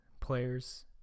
players